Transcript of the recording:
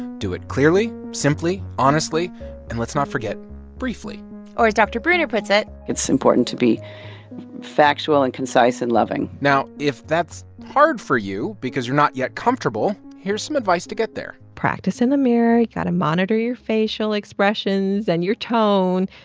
do it clearly, simply, honestly and let's not forget briefly or as dr. breuner puts it. it's important to be factual and concise and loving now, if that's hard for you because you're not yet comfortable, here's some advice to get there practice in the mirror. you got to monitor your facial expressions and your tone.